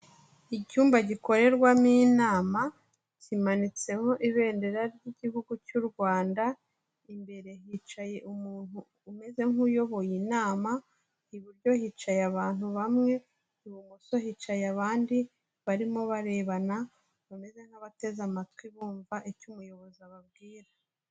Icyumba gikorerwamo inama kimanitseho ibendera ry'igihugu cy'u Rwanda imbere hicaye umuntu umeze nk'uyoboye inama iburyo hicaye abantu bamwe, ibumoso hicaye abandi barimo barebana bameze nk'abateze amatwi bumva icyo umuyobozi ababwira.